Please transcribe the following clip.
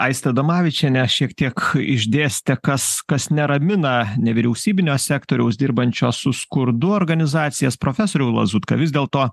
aistė adomavičienė šiek tiek išdėstė kas kas neramina nevyriausybinio sektoriaus dirbančio su skurdu organizacijas profesoriau lazutka vis dėlto